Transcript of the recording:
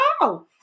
wow